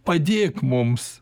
padėk mums